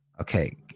Okay